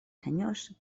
senyors